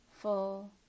full